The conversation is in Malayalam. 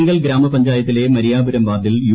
ചെങ്കൽ ഗ്രാമ പ്ഞ്ച്ടായത്തിലെ മര്യാപുരം വാർഡിൽ യു